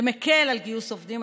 זה מקל על גיוס עובדים.